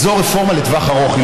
וזו רפורמה לטווח ארוך,